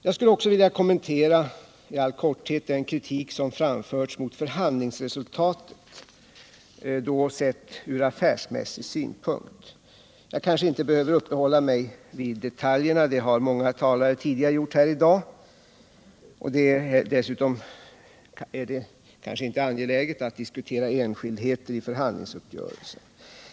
Jag skulle också i all korthet vilja kommentera den kritik som framförts mot förhandlingsresultatet sett från affärsmässig synpunkt. Jag kanske inte behöver uppehålla mig vid detaljerna; det har många tidigare talare gjort idag, och dessutom är det kanske inte angeläget att diskutera enskildheter i förhandlingsuppgörelsen.